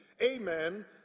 amen